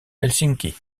helsinki